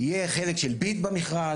יהיה חלק של ביד במכרז,